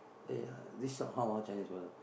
eh this shop how ah Chinese fella